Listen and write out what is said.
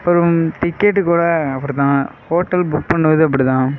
அப்புறம் டிக்கெட்டு கூட அப்படிதான் ஹோட்டல் புக் பண்ணுறதும் அப்படிதான்